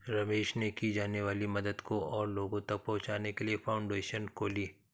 रमेश ने की जाने वाली मदद को और लोगो तक पहुचाने के लिए फाउंडेशन खोली